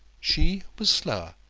she was slower,